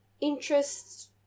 interests